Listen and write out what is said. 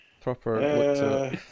proper